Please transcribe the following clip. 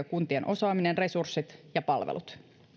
kuntien osaaminen resurssit ja palvelut